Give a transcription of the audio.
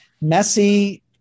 messy